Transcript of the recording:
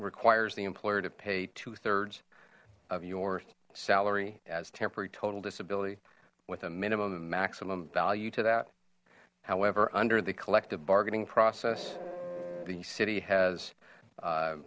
requires the employer to pay two thirds of your salary as temporary total disability with a minimum maximum value to that however under the collective bargaining process the city has